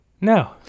No